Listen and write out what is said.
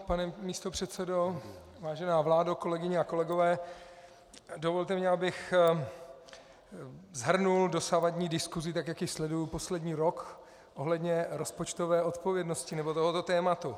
Pane místopředsedo, vážená vládo, kolegyně a kolegové, dovolte mi, abych shrnul dosavadní diskusi, jak ji sleduji poslední rok, ohledně rozpočtové odpovědnosti nebo tohoto tématu.